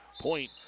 Point